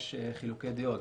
יש חילוקי דעות,